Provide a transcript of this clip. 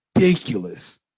ridiculous